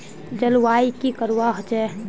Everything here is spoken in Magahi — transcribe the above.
जलवायु की करवा होचे?